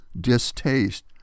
distaste